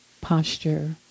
posture